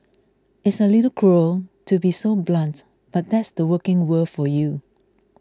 it's a little cruel to be so blunt but that's the working world for you